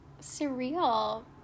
surreal